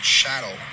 shadow